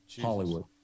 Hollywood